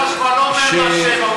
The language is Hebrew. הגשש כבר לא אומר "מה שבע",